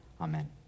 Amen